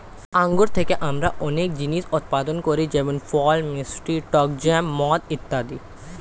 আঙ্গুর থেকে আমরা অনেক জিনিস উৎপাদন করি যেমন ফল, মিষ্টি, টক জ্যাম, মদ ইত্যাদি